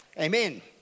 Amen